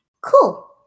Cool